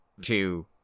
two